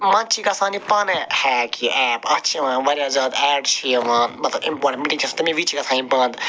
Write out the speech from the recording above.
منٛزٕ چھِ گژھان یہِ پانَے ہیک یہِ ایپ اَتھ چھِ واریاہ زیادٕ ایڈ چھِ یوان مطلب اِمپاٹَنٛٹ مِٹِنٛگ چھِ آسان تَمے وِزِ چھِ گژھان یِم بَنٛد